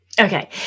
Okay